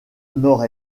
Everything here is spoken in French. nord